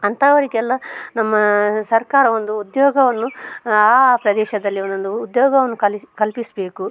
ಅಂಥವರಿಗೆಲ್ಲ ನಮ್ಮ ಸರ್ಕಾರ ಒಂದು ಉದ್ಯೋಗವನ್ನು ಆ ಆ ಪ್ರದೇಶದಲ್ಲಿ ಒಂದೊಂದು ಉದ್ಯೋಗವನ್ನು ಕಲಿಸ ಕಲ್ಪಿಸಬೇಕು